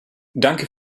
danke